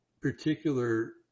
particular